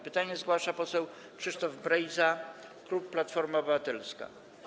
Pytanie zgłasza poseł Krzysztof Brejza, klub Platforma Obywatelska.